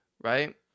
right